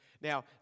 Now